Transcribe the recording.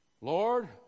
Lord